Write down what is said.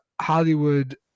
Hollywood